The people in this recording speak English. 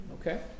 Okay